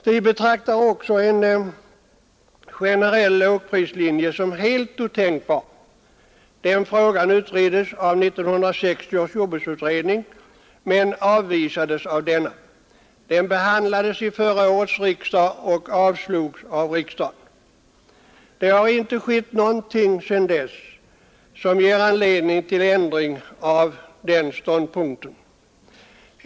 Vi betraktar också en generell lågprislinje som helt otänkbar. Den frågan utreddes av 1960 års jordbruksutredning men avvisades av denna. Den behandlades vid förra årets riksdag, men förslaget avslogs av riksdagen. Det har inte skett någonting sedan dess som ger anledning till ändring av den ståndpunkten.